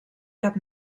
cap